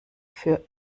für